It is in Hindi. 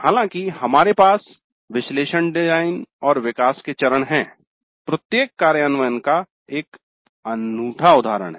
हालांकि हमारे पास विश्लेषण डिजाइन और विकास के चरण हैं परन्तु प्रत्येक कार्यान्वयन एक अनूठा उदाहरण है